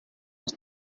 els